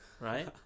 right